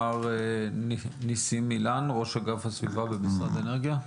מר ניסים אילן, ראש אגף הסביבה במשרד האנרגיה.